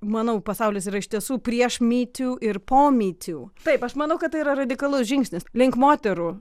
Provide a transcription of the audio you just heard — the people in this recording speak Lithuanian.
manau pasaulis yra iš tiesų prieš me too ir po me too taip aš manau kad tai yra radikalus žingsnis link moterų